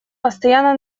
постоянно